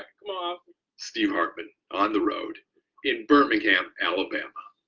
like um steve hartman on the road in birmingham, alabama.